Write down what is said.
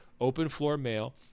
Openfloormail